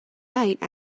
night